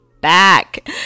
back